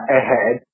ahead